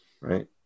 Right